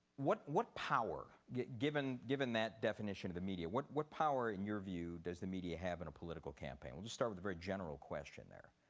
what what power, given given that definition of the media, what what power in your view does the media have in a political campaign? we'll just start with a very general question there.